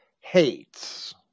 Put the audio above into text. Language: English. hates